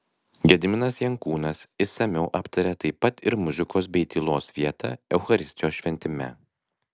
gediminas jankūnas išsamiau aptaria taip pat ir muzikos bei tylos vietą eucharistijos šventime